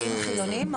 דתיים-חילוניים?